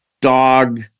dog